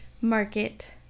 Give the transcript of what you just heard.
market